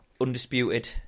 Undisputed